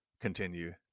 continue